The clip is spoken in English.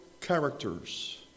characters